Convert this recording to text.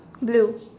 blue